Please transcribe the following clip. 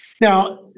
Now